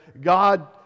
god